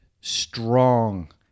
strong